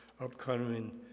upcoming